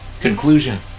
Conclusion